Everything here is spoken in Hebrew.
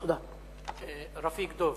רפיק דב,